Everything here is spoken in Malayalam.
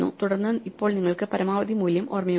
തുടർന്ന് ഇപ്പോൾ നിങ്ങൾക്ക് പരമാവധി മൂല്യം ഓർമ്മയുണ്ട്